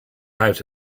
out